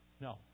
No